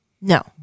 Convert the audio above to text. No